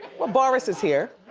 well boris is here.